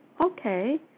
okay